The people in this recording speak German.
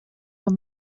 vor